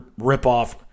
ripoff